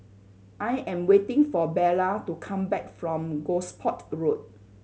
I am waiting for Bella to come back from Gosport Road